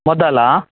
ಮೊದಲಾ